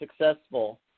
successful